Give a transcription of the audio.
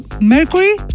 Mercury